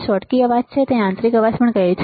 Schottky અવાજ છે જેને યાંત્રિક અવાજ પણ કહેવાય છે